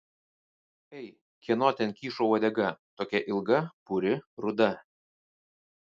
ei kieno ten kyšo uodega tokia ilga puri ruda